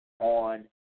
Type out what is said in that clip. on